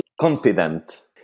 confident